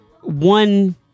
one